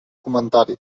comentari